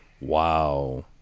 wow